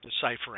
Deciphering